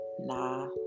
nah